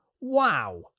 wow